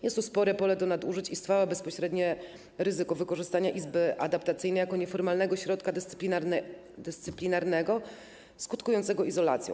Jest tu spore pole do nadużyć i stwarza to bezpośrednie ryzyko wykorzystania izby adaptacyjnej jako nieformalnego środka dyscyplinarnego skutkującego izolacją.